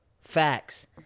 Facts